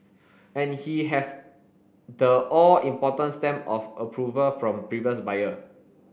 and he has the all important stamp of approval from previous buyer